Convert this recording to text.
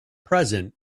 present